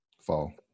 Fall